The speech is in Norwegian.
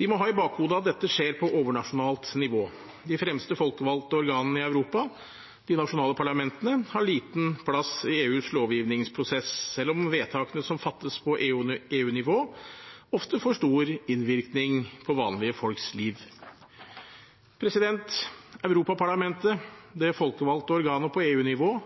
Vi må ha i bakhodet at dette skjer på overnasjonalt nivå. De fremste folkevalgte organene i Europa, de nasjonale parlamentene, har liten plass i EUs lovgivningsprosess, selv om vedtakene som fattes på EU-nivå, ofte får stor innvirkning på vanlige folks liv. Europaparlamentet, det folkevalgte organet på EU-nivå,